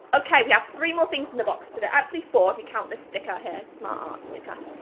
okay, we have three more things in the box today, actually four if you count this sticker here, smartart sticker.